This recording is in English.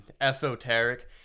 esoteric